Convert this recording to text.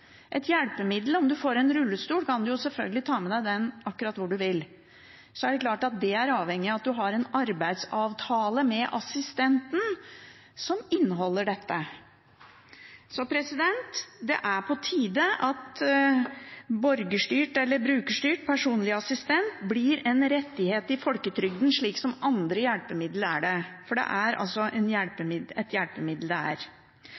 Om man får en rullestol, kan man selvfølgelig ta med seg den akkurat hvor man vil. Så er det klart at det er avhengig av om man har en arbeidsavtale med assistenten som inneholder dette. Det er altså på tide at brukerstyrt personlig assistent blir en rettighet i folketrygden, slik som andre hjelpemidler er det – for det er et hjelpemiddel